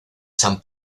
san